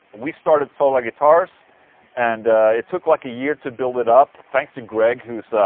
we started solar guitars and it took like a year to build it up. thanks to greg who's